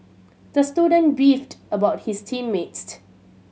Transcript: the student beefed about his team mates